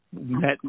met